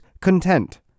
content